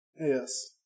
Yes